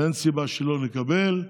אין סיבה שלא לקבל.